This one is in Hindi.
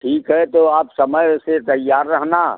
ठीक है तो आप समय से तैयार रहना